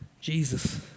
Jesus